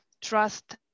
trust